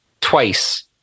twice